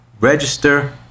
register